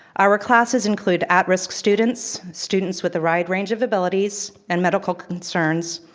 our classes include at risk students, students with a wide range of abilities, and medical concerns,